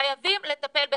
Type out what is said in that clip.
חייבים לטפל בזה.